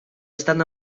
estan